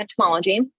entomology